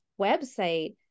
website